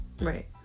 Right